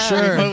Sure